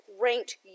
ranked